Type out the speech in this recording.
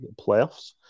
playoffs